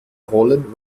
rollen